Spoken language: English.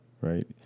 right